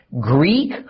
Greek